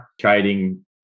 trading